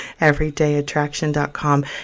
everydayattraction.com